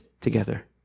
together